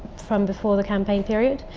from before the campaign period.